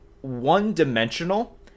one-dimensional